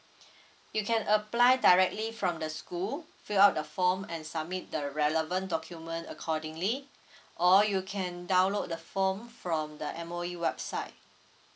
you can apply directly from the school fill up the form and submit the relevant document accordingly or you can download the form from the M_O_E website